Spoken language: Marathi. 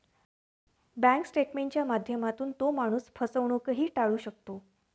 बँक स्टेटमेंटच्या माध्यमातून तो माणूस फसवणूकही टाळू शकतो